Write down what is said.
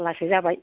जाल्लासो जाबाय